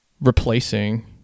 replacing